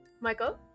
Michael